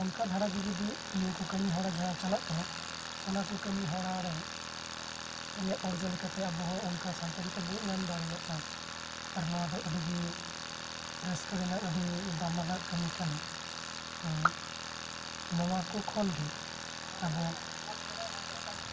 ᱚᱱᱠᱟ ᱫᱷᱟᱨᱟ ᱜᱮ ᱡᱩᱫᱤ ᱱᱤᱭᱟᱹ ᱠᱚ ᱠᱟᱹᱢᱤ ᱦᱚᱨᱟ ᱡᱟᱦᱟᱸ ᱪᱟᱞᱟᱜ ᱠᱟᱱᱟ ᱚᱱᱟ ᱠᱚ ᱠᱟᱹᱢᱤ ᱦᱚᱨᱟ ᱨᱮᱭᱟᱜ ᱚᱨᱡᱚ ᱞᱮᱠᱟᱛᱮ ᱟᱵᱚ ᱦᱚᱸ ᱚᱱᱠᱟ ᱥᱟᱱᱛᱟᱲᱤ ᱛᱮᱵᱚ ᱧᱟᱢ ᱫᱟᱲᱮᱭᱟᱜᱼᱟ ᱟᱨ ᱱᱚᱣᱟ ᱫᱚ ᱟᱹᱰᱤ ᱨᱟᱹᱥᱠᱟᱹ ᱨᱮᱱᱟᱜ ᱫᱟᱢᱟᱱᱟᱜ ᱠᱟᱹᱢᱤ ᱠᱟᱱᱟ ᱱᱚᱣᱟ ᱠᱚ ᱠᱷᱚᱱ ᱜᱮ ᱟᱵᱚ